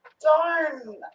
darn